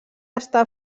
està